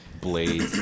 blade